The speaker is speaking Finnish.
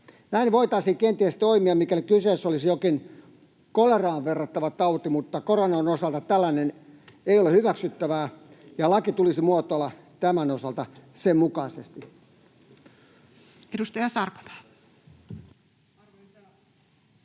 Näin voitaisiin kenties toimia, mikäli kyseessä olisi jokin koleraan verrattava tauti, mutta koronan osalta tällainen ei ole hyväksyttävää, ja laki tulisi muotoilla tämän osalta sen mukaisesti.